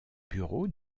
bureau